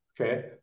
Okay